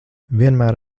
vienmēr